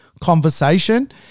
conversation